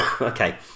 Okay